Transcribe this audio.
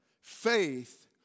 faith